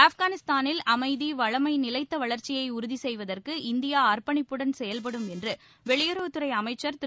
ஆப்கானிஸ்தானில் அமைதி வளமை நிலைத்த வளர்ச்சியை உறுதிசெய்வதற்கு இந்தியா அர்ப்பணிப்புடன் செயல்படும் என்று வெளியுறவுத் துறை அமைச்சர் திரு